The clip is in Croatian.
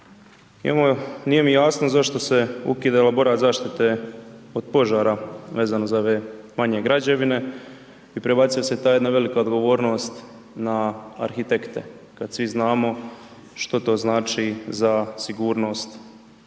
Nije mi jasno zašto se ukida elaborat zaštite od požara vezano za ove manje građevine i prebacuje se ta jedna velika odgovornost na arhitekte, kad svi znamo što to znači za sigurnost građevina.